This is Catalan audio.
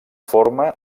forma